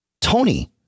Tony